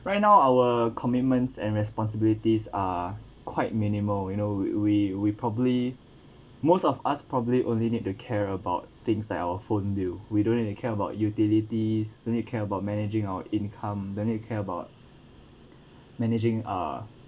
right now our commitments and responsibilities are quite minimal you know we we probably most of us probably only need to care about things like our phone bill we don't need to care about utilities don't need to care about managing our income don't need to care about managing uh